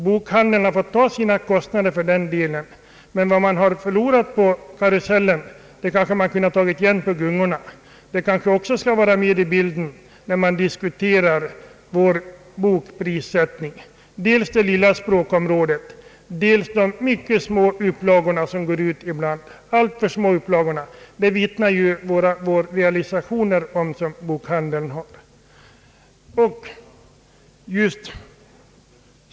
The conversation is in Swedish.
Bokhandlarna får ta sina kostnader för det, men vad de har förlorat på karusellen kanske de har kunnat ta igen på gungorna. När man diskuterar prissättningen på böcker bör man alltså inte glömma att vi dels är ett litet språkområde och dels att många böcker ges ut i en alltför liten upplaga. Det vittnar bokhandlarnas realisationer om.